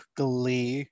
glee